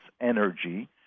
energy